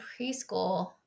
preschool